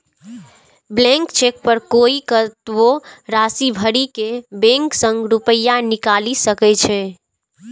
blank cheque पर कोइ कतबो राशि भरि के बैंक सं रुपैया निकालि सकै छै